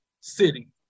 city